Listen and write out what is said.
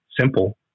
simple